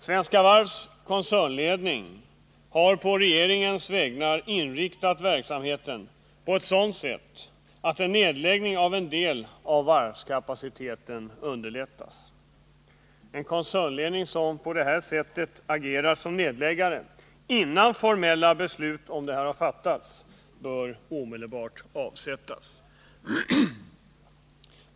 Svenska Varvs koncernledning har å regeringens vägnar inriktat verksamheten på ett sådant sätt att en nedläggning av en del av varvskapaciteten underlättas. En koncernledning som på detta sätt agerar som nedläggare, innan formella beslut om detta fattats, bör omedelbart avsättas.